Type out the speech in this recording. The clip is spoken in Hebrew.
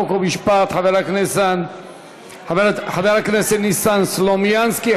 חוק ומשפט חבר הכנסת ניסן סלומינסקי.